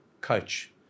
coach